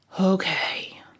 okay